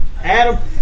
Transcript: Adam